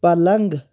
پلنٛگ